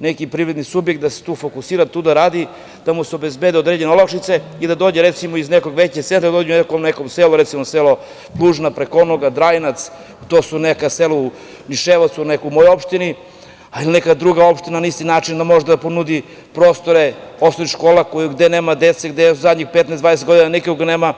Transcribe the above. neki privredni subjekt da se tu fokusira, da tu radi, da mu se obezbede određene olakšice i da dođe, recimo, iz nekog većeg sela, da dođe u neko selo, recimo selo Plužina, Prekonoga, Drajinac, to su neka sela u mojoj opštini, ali neka druga opština na isti način može da ponudi prostore osnovnih škola, gde nema deca, gde zadnjih 15, 20 godina nikog nema.